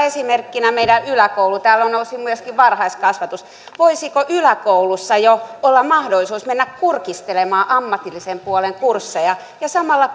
esimerkkinä meidän yläkoulumme ja täällä nousi myöskin varhaiskasvatus voisiko jo yläkoulussa olla mahdollisuus mennä kurkistelemaan ammatillisen puolen kursseja ja samalla